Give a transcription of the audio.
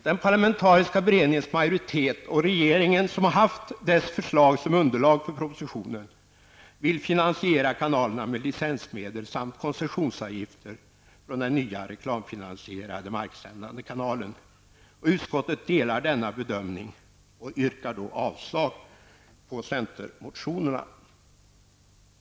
Den parlamentariska beredningens majoritet och regeringen, som haft dess förslag som underlag för propositionen, vill finansiera kanalerna med licensmedel samt koncessionsavgifter från den nya reklamfinansierade marksändande kanalen. Utskottet delar denna bedömning och yrkar avslag på centermotionerna.